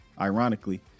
ironically